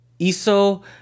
Iso